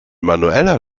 manueller